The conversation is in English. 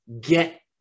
get